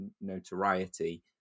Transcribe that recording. notoriety